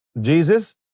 Jesus